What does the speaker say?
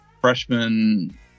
freshman